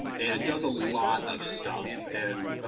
and it does a lot of stuff. and